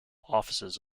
offices